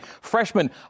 freshman